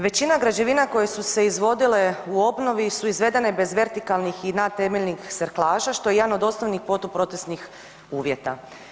Većina građevina koje su se izvodile u obnovi su izvedene bez vertikalnih i nad temeljnih serklaža što je jedan od osnovnih protupotresnih uvjeta.